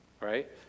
Right